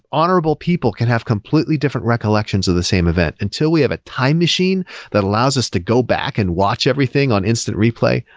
honorable people can have completely different recollections of the same event. until we have a time machine that allows us to go back and watch everything on instant replay,